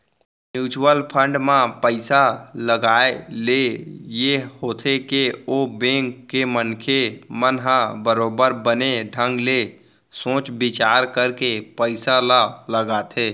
mutual fund म पइसा लगाए ले ये होथे के ओ बेंक के मनखे मन ह बरोबर बने ढंग ले सोच बिचार करके पइसा ल लगाथे